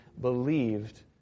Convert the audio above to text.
believed